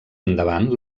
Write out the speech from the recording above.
endavant